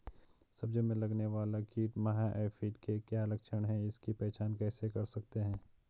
सब्जियों में लगने वाला कीट माह एफिड के क्या लक्षण हैं इसकी पहचान कैसे कर सकते हैं?